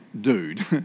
Dude